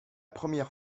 première